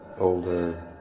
older